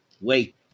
Wait